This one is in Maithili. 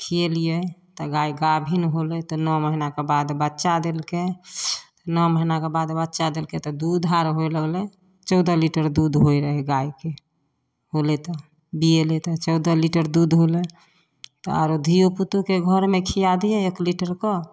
खियेलियै तऽ गाय गाभिन होलै तऽ नओ महीनाके बाद बच्चा देलकै नओ महीनाके बाद बच्चा देलकै तऽ दूध आर होइ लगलै चौदह लीटर दुध होइ रहै गायके होलै तऽ बियेलै तऽ चौदह लीटर दुध हौलै तऽ आरो धियो पुतोके घरमे खिया दियै एक लीटर कऽ